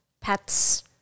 pets